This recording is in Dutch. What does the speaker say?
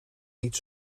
niet